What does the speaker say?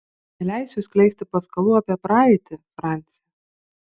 neleisiu skleisti paskalų apie praeitį franci